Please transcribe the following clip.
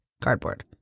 cardboard